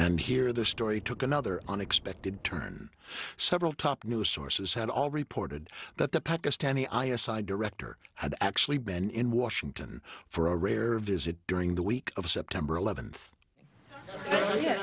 and here the story took another unexpected turn several top news sources had all reported that the pakistani i s i director had actually been in washington for a rare visit during the week of september eleventh